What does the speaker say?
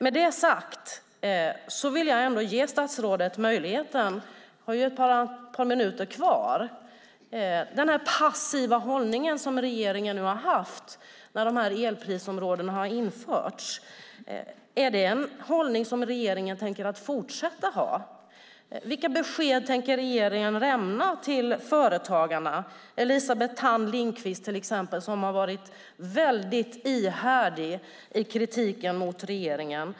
Med detta sagt vill jag ändå ge statsrådet möjligheten att ge mig ett svar. Hon har ett par minuter kvar. När det gäller den passiva hållning som regeringen har haft när dessa elprisområden har införts undrar jag: Är det en hållning som regeringen tänker fortsätta ha? Vilka besked tänker regeringen lämna till Företagarna, Elisabeth Thand Ringqvist till exempel, som har varit mycket ihärdig i kritiken mot regeringen?